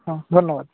হুম ধন্যবাদ